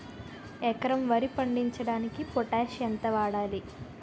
ఎకరం వరి పండించటానికి పొటాష్ ఎంత వాడాలి?